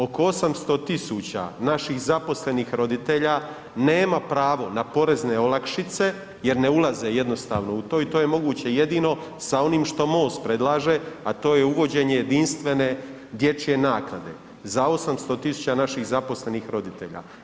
Oko 800.000 naših zaposlenih roditelja nema pravo na porezne olakšice jer ne ulaze jednostavno u to i to je moguće jedino sa onime što MOST predlaže, a to je uvođenje jedinstvene dječje naknade za 800.000 naših zaposlenih roditelja.